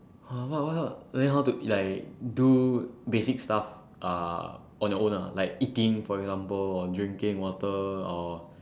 uh w~ what el~ then how to like do basic stuff uh on your own ah like eating for example or drinking water or